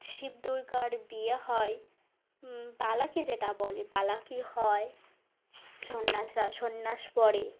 শিব দুর্গার বিয়ে হয় বালাকি যেটা বলে বালাকি হয় সন্ন্যাসরা সন্ন্যাস পড়ে